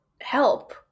help